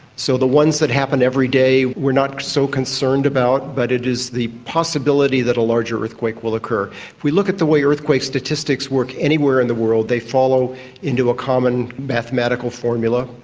so the ones that happen every day we are not so concerned about, but it is the possibility that a larger earthquake will occur. if we look at the way earthquake statistics work anywhere in the world, they follow into a common mathematical formula,